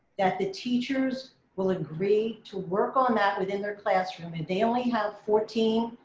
that the teachers will agree to work on that within their classroom. and they only have fourteen,